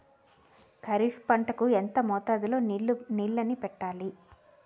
ఖరిఫ్ పంట కు ఎంత మోతాదులో నీళ్ళని పెట్టాలి?